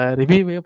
review